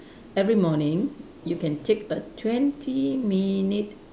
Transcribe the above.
every morning you can take a twenty minute